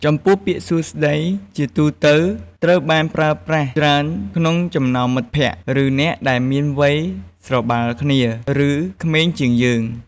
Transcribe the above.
ចំពោះពាក្យ "សួស្តី" ជាទូទៅត្រូវបានប្រើប្រាស់ច្រើនក្នុងចំណោមមិត្តភ័ក្តិ ឬអ្នកដែលមានវ័យស្របាលគ្នា ឬក្មេងជាងយើង។